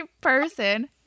person